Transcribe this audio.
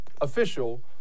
official